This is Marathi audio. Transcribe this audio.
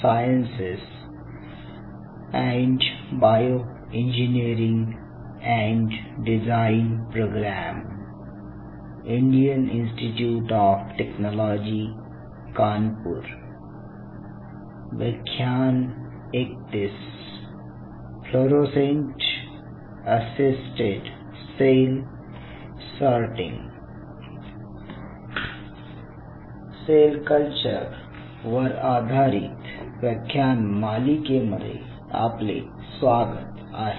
सेल कल्चर वर आधारित व्याख्यान मालिकेमध्ये आपले स्वागत आहे